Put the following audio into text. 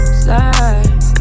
slide